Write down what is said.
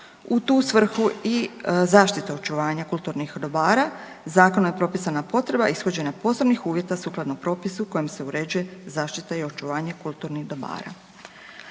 U tu svrhu i zaštita očuvanja kulturnih dobara, Zakonom je propisana potreba ishođenja posebnih uvjeta sukladno propisu kojim se uređuje zaštita i očuvanje kulturnih dobara.